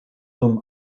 zum